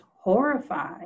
horrified